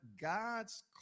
God's